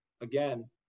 again